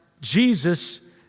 Jesus